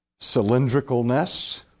cylindricalness